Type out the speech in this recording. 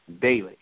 daily